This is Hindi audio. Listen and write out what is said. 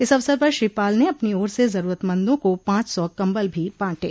इस अवसर पर श्री पाल ने अपनी ओर से ज़रूरतमंदों को पॉच सौ कम्बल भी बॉटे